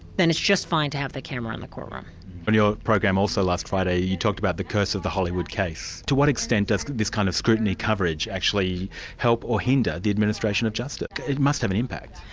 then it's just fine to have the camera in the courtroom. in your program also last friday, you talked about the curse of the hollywood case to what extent does this kind of scrutiny coverage actually help or hinder the administration of justice? it must have an impact.